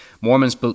Mormons